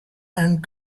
and